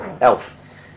elf